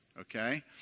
Okay